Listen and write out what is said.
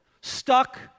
stuck